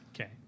Okay